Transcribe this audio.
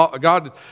God